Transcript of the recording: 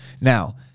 Now